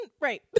Right